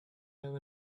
have